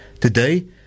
Today